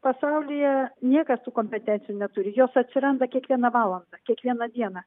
pasaulyje niekas tų kompetencijų neturi jos atsiranda kiekvieną valandą kiekvieną dieną